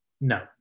No